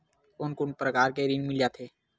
कोन कोन प्रकार के ऋण मिल जाथे?